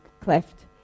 cleft